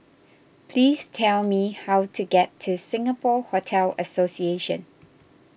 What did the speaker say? please tell me how to get to Singapore Hotel Association